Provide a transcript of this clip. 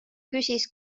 küsis